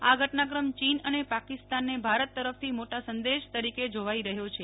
આ ઘટનાક્રમ ચીન અને પાકિસ્તાનને ભારત તરફથી મોટા સંદેશ તરીકે જોવાઈ રહ્યો છે